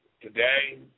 today